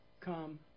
Come